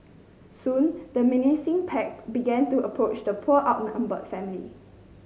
soon the menacing pack began to approach the poor outnumbered family